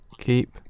Keep